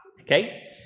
okay